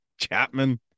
Chapman